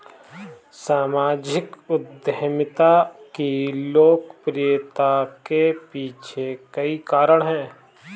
सामाजिक उद्यमिता की लोकप्रियता के पीछे कई कारण है